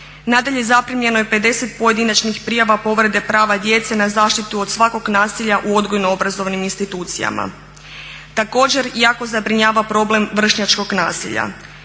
Nadalje, zaprimljeno je 50 pojedinačnih prijava povrede prava djece na zaštitu od svakog nasilja u odgojno-obrazovnim institucijama. Također jako zabrinjava problem vršnjačkog nasilja.